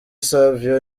savio